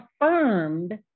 affirmed